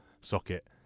socket